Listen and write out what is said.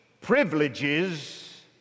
privileges